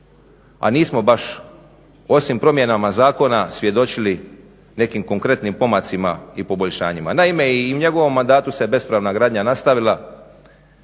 a nismo baš osim promjenama zakona svjedočili nekim konkretnim pomacima i poboljšanjima. Naime, i u njegovom mandatu se bespravna gradnja nastavila,